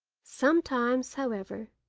sometimes, however,